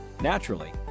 Naturally